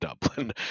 Dublin